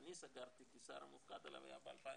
שאני סגרתי כשר המופקד עליו היה ב-2015